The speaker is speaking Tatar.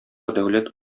дәүләт